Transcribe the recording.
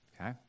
okay